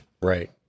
Right